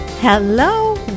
Hello